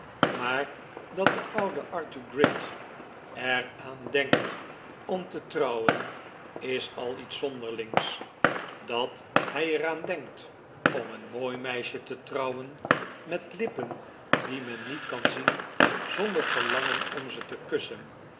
maar dat de oude arthur gride er aan denkt om te trouwen is al iets zonderlings dat hij efr aan denkt om een mooi meisje te trouwen met lippen die men niet kan zien zonder verlangen om ze te kussen